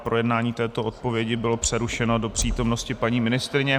Projednání této odpovědi bylo přerušeno do přítomnosti paní ministryně.